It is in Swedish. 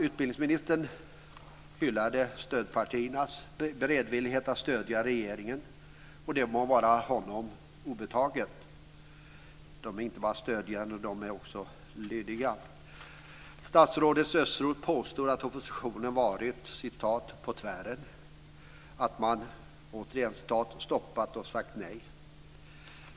Utbildningsministern hyllade stödpartiernas beredvillighet att stödja regeringen och det må vara honom obetaget - de är inte bara stödjande utan också lydiga. Statsrådet Östros påstår att oppositionen varit "på tvären" och att man "stoppat och sagt nej".